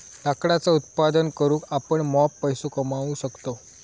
लाकडाचा उत्पादन करून आपण मॉप पैसो कमावू शकतव